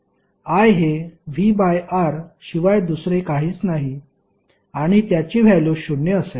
I हे V R शिवाय दुसरे काहीच नाही आणि त्याची व्हॅल्यू शून्य असेल